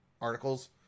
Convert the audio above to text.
articles